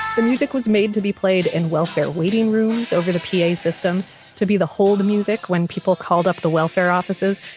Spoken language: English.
the music was made to be played in welfare waiting rooms over the pa system to be the hold the music when people called up the welfare offices.